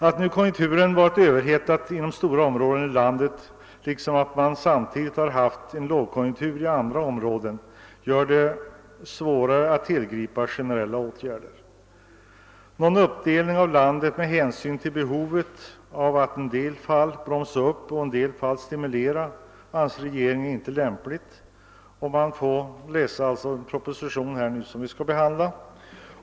Att konjunkturen varit överhettad inom stora områden i landet liksom att man samtidigt har haft en lågkonjunktur inom andra områden gör det svårare att tillgripa generella åtgärder. Någon uppdelning av landet med hänsyn till behovet av att i en del fall bromsa upp och i en del fall stimulera anser regeringen inte lämplig enligt den proposition som vi skall behandla.